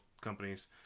companies